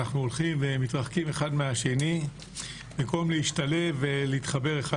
אנחנו הולכים ומתרחקים אחד מהשני במקום להשתלב ולהתחבר אחד